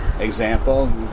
example